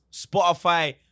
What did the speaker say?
Spotify